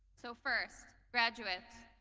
so first, graduates,